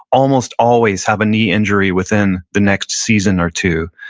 almost always have a knee injury within the next season or two.